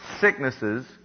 sicknesses